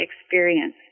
experience